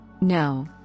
No